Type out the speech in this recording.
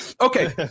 Okay